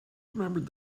remembered